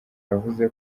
yavuze